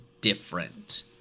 different